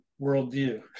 worldview